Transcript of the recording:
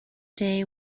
day